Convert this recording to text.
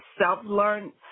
self-learned